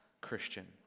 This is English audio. Christian